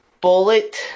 bullet